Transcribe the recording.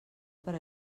per